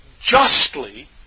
justly